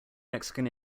mexican